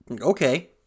Okay